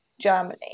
Germany